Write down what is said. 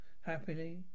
happily